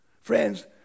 Friends